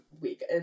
week